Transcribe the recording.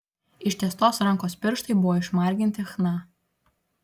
ištiestos rankos pirštai buvo išmarginti chna